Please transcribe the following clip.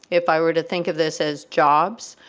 if i were to think of this as jobs,